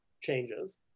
changes